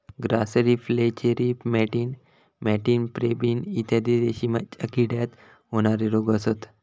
grasserie flacherie मॅटिन मॅटिन pebrine इत्यादी रेशीमच्या किड्याक होणारे रोग असत